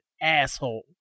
asshole